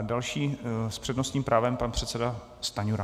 Další s přednostním právem je pan předseda Stanjura.